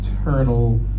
eternal